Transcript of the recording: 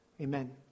Amen